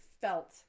felt